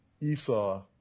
Esau